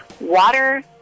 water